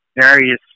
various